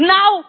Now